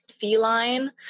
feline